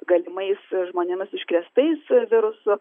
galimais žmonėmis užkrėstais virusu